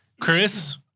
Chris